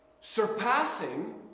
surpassing